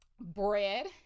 bread